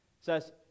says